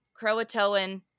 Croatoan